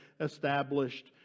established